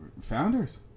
Founders